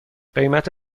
قیمت